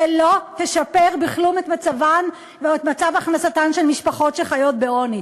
שלא ישפר בכלום את מצב הכנסתן של משפחות שחיות בעוני.